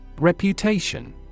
Reputation